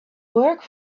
work